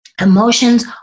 Emotions